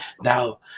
now